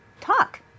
talk